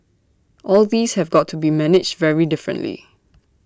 all these have got to be managed very differently